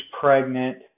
pregnant